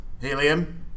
Helium